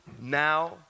Now